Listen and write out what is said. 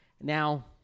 Now